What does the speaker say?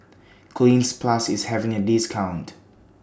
Cleanz Plus IS having A discount